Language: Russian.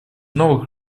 новых